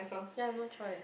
ya no choice